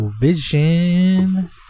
Vision